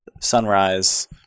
Sunrise